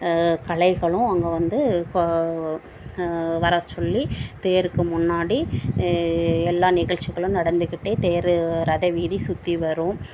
கலைகளும் அங்கே வந்து வரச்சொல்லி தேருக்கு முன்னாடி எல்லாம் நிகழ்ச்சிகளும் நடந்துக்கிட்டே தேர் ரத வீதி சுற்றி வரும்